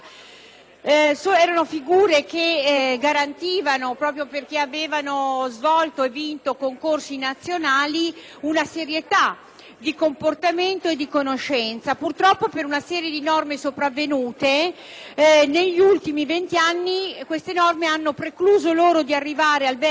Erano figure che garantivano, proprio perché avevano svolto e vinto concorsi nazionali, una serietà di comportamento e di conoscenze. Purtroppo, una serie di norme sopravvenute negli ultimi vent'anni hanno precluso loro di arrivare al vertice della carriera,